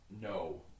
No